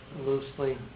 loosely